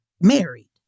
married